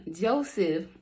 Joseph